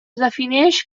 defineix